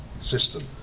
system